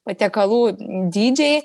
patiekalų dydžiai